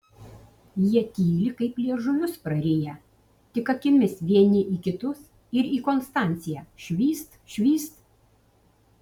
jie tyli kaip liežuvius prariję tik akimis vieni į kitus ir į konstanciją švyst švyst